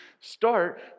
start